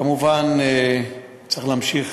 כמובן, צריך להמשיך